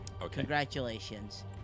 Congratulations